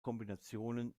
kombinationen